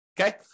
Okay